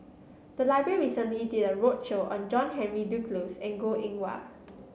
the library recently did a roadshow on John Henry Duclos and Goh Eng Wah